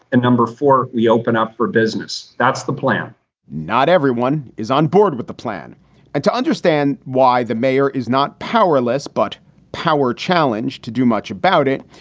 number four, we open up for business. that's the plan not everyone is onboard with the plan. and to understand why the mayor is not powerless, but power challenged to do much about it.